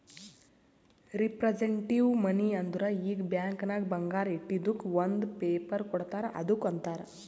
representative money ಅಂದುರ್ ಈಗ bank ನಾಗ್ ಬಂಗಾರ ಇಟ್ಟಿದುಕ್ ಒಂದ್ ಪೇಪರ್ ಕೋಡ್ತಾರ್ ಅದ್ದುಕ್ ಅಂತಾರ್